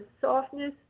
softness